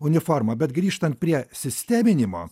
uniforma bet grįžtant prie sisteminimo